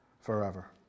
forever